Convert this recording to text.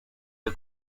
the